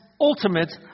ultimate